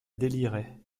délirait